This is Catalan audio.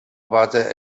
batre